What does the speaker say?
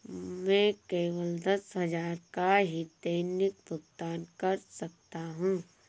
मैं केवल दस हजार का ही दैनिक भुगतान कर सकता हूँ